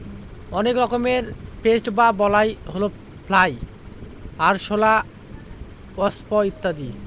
অনেক রকমের পেস্ট বা বালাই হল ফ্লাই, আরশলা, ওয়াস্প ইত্যাদি